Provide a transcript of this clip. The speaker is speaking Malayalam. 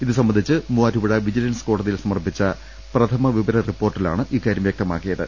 ഇത് സംബന്ധിച്ച് മൂവാറ്റുപുഴ വിജിലൻസ് കോടതിയിൽ സമർപ്പിച്ച പ്രഥമ വിവര റിപ്പോർട്ടിലാണ് ഇക്കാര്യം വ്യക്തമാക്കിയത്